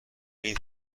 این